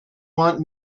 want